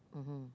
mmhmm